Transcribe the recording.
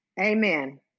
Amen